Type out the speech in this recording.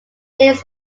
names